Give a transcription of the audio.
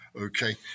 okay